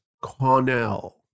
Cornell